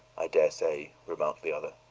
i daresay, remarked the other.